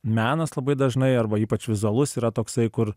menas labai dažnai arba ypač vizualus yra toksai kur